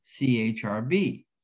CHRB